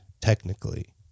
technically